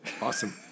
Awesome